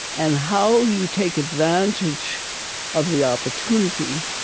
and how you take advantage of the opportunity